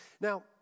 Now